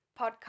podcast